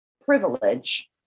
privilege